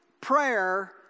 prayer